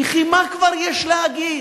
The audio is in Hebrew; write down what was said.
וכי מה כבר יש להגיד?